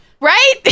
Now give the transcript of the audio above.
right